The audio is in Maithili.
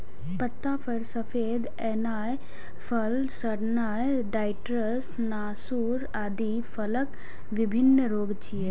पत्ता पर सफेदी एनाय, फल सड़नाय, साइट्र्स नासूर आदि फलक विभिन्न रोग छियै